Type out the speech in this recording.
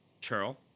Churl